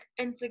instagram